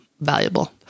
valuable